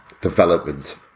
development